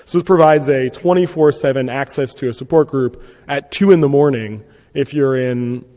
this provides a twenty four seven access to a support group at two in the morning if you are in